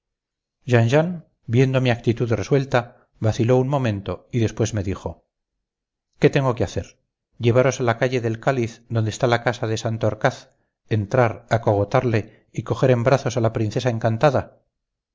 jean jean viendo mi actitud resuelta vaciló un momento y después me dijo qué tengo que hacer llevaros a la calle del cáliz donde está la casa de santorcaz entrar acogotarle y coger en brazos a la princesa encantada